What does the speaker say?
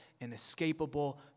inescapable